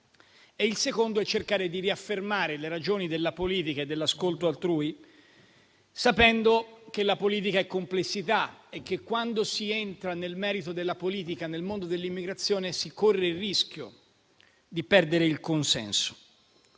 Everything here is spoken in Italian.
il secondo è cercare di riaffermare le ragioni della politica e dell'ascolto altrui, sapendo che la politica è complessità e che, quando si entra, nel merito della politica, nel mondo dell'immigrazione, si corre il rischio di perdere il consenso.